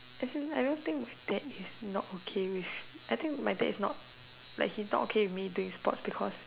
as in I don't think my dad is not okay with I think my dad is not like he's not okay with me doing sports because